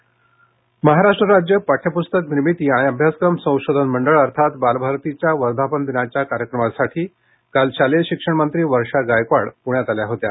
पालक संघटना महाराष्ट्र राज्य पाठ्यप्स्तक निर्मिती आणि अभ्यासक्रम संशोधन मंडळ अर्थात बालभारतीच्या वर्धापन दिनाच्या कार्यक्रमासाठी काल शालेय शिक्षणमंत्री वर्षा गायकवाड प्ण्यात आल्या होत्या